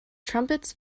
trumpets